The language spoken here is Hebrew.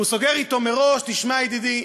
הוא סוגר אתו מראש: תשמע ידידי,